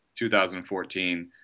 2014